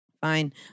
Fine